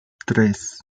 tres